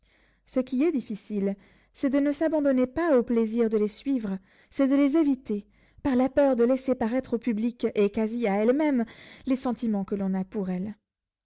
ce qui est difficile c'est de ne s'abandonner pas au plaisir de les suivre c'est de les éviter par la peur de laisser paraître au public et quasi à elles-mêmes les sentiments que l'on a pour elles